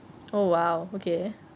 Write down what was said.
oh !wow! okay